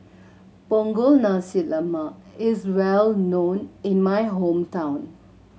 Punggol Nasi Lemak is well known in my hometown